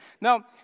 Now